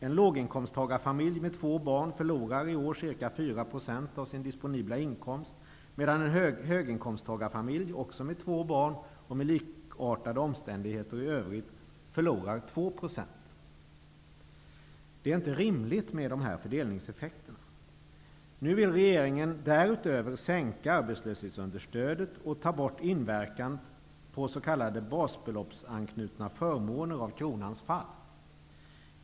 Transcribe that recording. En låginkomsttagarfamilj med två barn förlorar i år ca 4 % av sin disponibla inkomst, medan en höginkomsttagarfamilj också med två barn och med likartade omständigheter i övrigt förlorar 2 %. Det är inte rimligt med dessa fördelningseffekter. Nu vill regeringen därutöver sänka arbetslöshetsunderstödet och ta bort inverkan på s.k. basbeloppsanknutna förmåner av kronans fall.